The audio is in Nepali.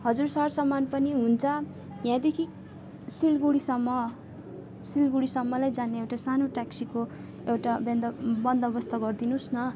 हजुर सर सामान पनि हुन्छ यहाँदेखि सिलगडीसम्म सिलगडीसम्मलाई जानु एउटा सानो ट्याक्सीको एउटा बेन्दो बन्दोबस्त गरिदिनु होस् न